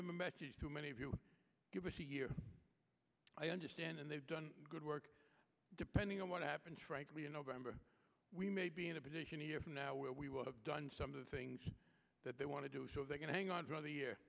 send a message to many of you give us a year i understand and they've done good work depending on what happens frankly you november we may be in a position now where we will have done some of the things that they want to do so they can hang on for the year